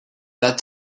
that